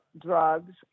drugs